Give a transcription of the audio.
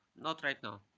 not right now.